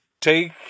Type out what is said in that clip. take